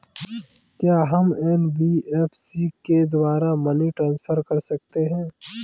क्या हम एन.बी.एफ.सी के द्वारा मनी ट्रांसफर कर सकते हैं?